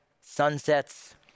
sunsets